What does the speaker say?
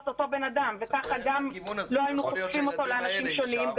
אותו בן אדם וככה גם לא היינו חושפים אותו לאנשים שונים,